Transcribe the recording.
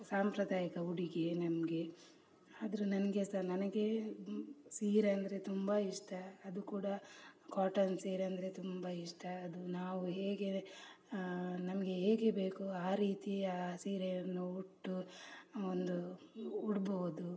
ಸಾಂಪ್ರದಾಯಿಕ ಉಡುಗೆ ನಮಗೆ ಆದರೂ ನನಗೆ ಸಹ ನನಗೆ ಸೀರೆ ಅಂದರೆ ತುಂಬ ಇಷ್ಟ ಅದು ಕೂಡ ಕಾಟನ್ ಸೀರೆ ಅಂದರೆ ತುಂಬ ಇಷ್ಟ ಅದು ನಾವು ಹೇಗೆ ನಮಗೆ ಹೇಗೆ ಬೇಕು ಆ ರೀತಿ ಆ ಸೀರೆಯನ್ನು ಉಟ್ಟು ಒಂದು ಉಡಬಹುದು